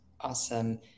Awesome